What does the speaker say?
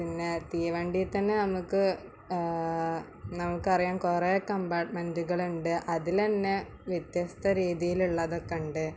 പിന്നെ തീവണ്ടിയേ തന്നെ നമുക്ക് നമുക്കറിയാം കുറെ കംപാർട്ട്മെന്റുകളുണ്ട് അതിൽ തന്നെ വ്യത്യസ്ത രീതിയിലുള്ളതൊക്കെയുണ്ട്